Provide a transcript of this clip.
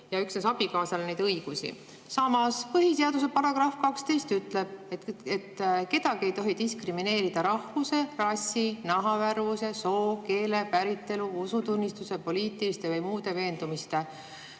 üksnes abikaasale neid õigusi. Samas, põhiseaduse § 12 ütleb, et kedagi ei tohi diskrimineerida rahvuse, rassi, nahavärvuse, soo, keele, päritolu, usutunnistuse, poliitiliste või muude veendumuste